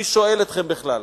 מי שואל אתכם בכלל.